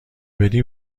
بدی